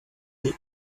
here